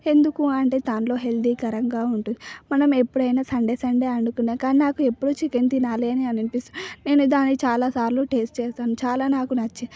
ఎందుకు అంటే దాంట్లో హెల్దీకరంగా ఉంటుంది మనం ఎప్పుడైనా సండే సండే వండుకున్నా కానీ నాకు ఎప్పుడు చికెన్ తినాలి అని అనిపిస్తుంది నేను దాన్ని చాలా సార్లు టేస్ట్ చేసాను చాలా నాకు నచ్చింది